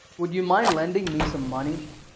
would you mind lending me some money?